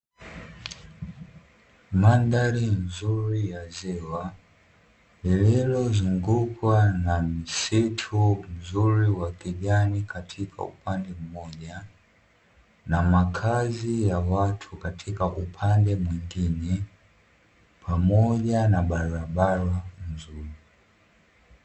Mandhari nzuri ya ziwa lililozungukwa na msitu mzuri wa kijani katika upande mmoja, na makazi ya watu katika upande mwingine pamoja na barabara nzuri.